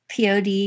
Pod